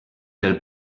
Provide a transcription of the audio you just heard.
del